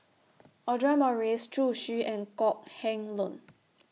Audra Morrice Zhu Xu and Kok Heng Leun